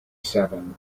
seven